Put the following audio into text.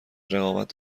رقابت